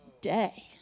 day